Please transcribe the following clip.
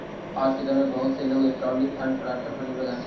आज के दौर में बहुत से लोग इलेक्ट्रॉनिक फंड ट्रांसफर पर निर्भर हथीन